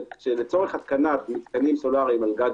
שלצורך התקנת מתקנים סולריים על גג